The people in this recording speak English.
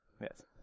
Yes